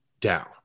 down